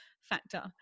factor